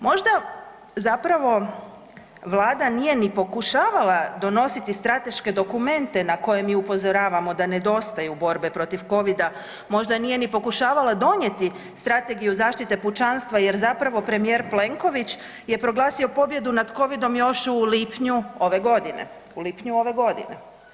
Možda zapravo Vlada nije ni pokušavala donositi strateške dokumente na koje mi upozoravamo da nedostaju borbe protiv Covida, možda nije ni pokušavala donijeti strategiju zaštite pučanstva jer zapravo premijer Plenković je proglasio pobjedu nad Covidom još u lipnju ove godine, u lipnju ove godine.